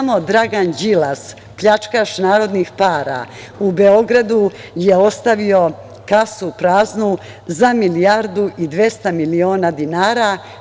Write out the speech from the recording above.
Samo Dragan Đilas, pljačkaš narodnih para, u Beogradu je ostavio kasu praznu za milijardu i 200 miliona dinara.